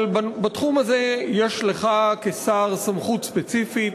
אבל בתחום הזה יש לך כשר סמכות ספציפית: